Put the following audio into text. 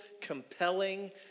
compelling